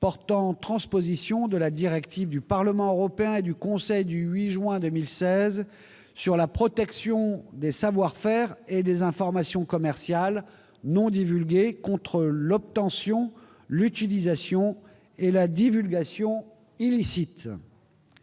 portant transposition de la directive (UE) 2016/943 du Parlement européen et du Conseil du 8 juin 2016 sur la protection des savoir-faire et des informations commerciales non divulgués contre l'obtention, l'utilisation et la divulgation illicites